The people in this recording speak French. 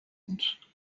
comptes